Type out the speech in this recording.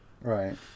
right